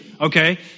Okay